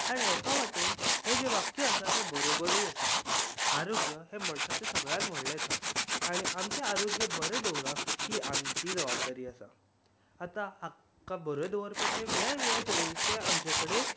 आनी एका वटेन हें जें वाक्य आसा हें बरोबरूय आसा आरोग्य हें मनशाचें सगळ्यांत व्हडलें धन आनी आमचें आरोग्य बरें दवरप ही आमची जबाबदारी आसा आता आक्के बरें दवरपाचें वेगवेगळे तरेचे आमचे कडेन